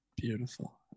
Beautiful